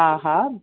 हा हा